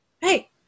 hey